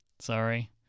Sorry